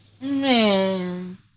man